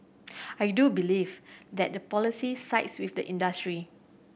I do believe that the policy sides with the industry